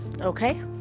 okay